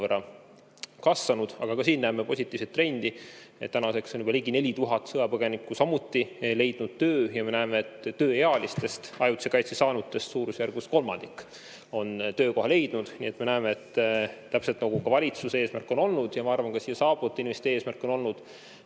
kasvanud, aga ka siin näeme positiivset trendi: tänaseks on juba ligi 4000 sõjapõgenikku samuti leidnud töö ja tööealistest ajutise kaitse saanutest suurusjärgus kolmandik on töökoha leidnud. Nii et me näeme, et täpselt nagu valitsuse eesmärk – ja ma arvan, et ka siia saabunud inimeste eesmärk – on olnud